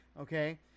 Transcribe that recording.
Okay